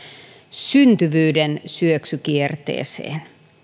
syntyvyyden syöksykierteeseen